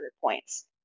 points